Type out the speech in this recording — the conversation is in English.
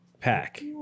pack